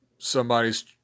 somebody's